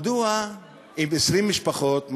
עם 20 משפחות,